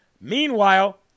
Meanwhile